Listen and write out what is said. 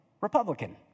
Republican